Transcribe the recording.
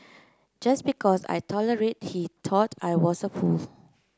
just because I tolerated he thought I was a fool